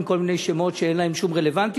כל מיני שמות שאין להם שום רלוונטיות,